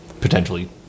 potentially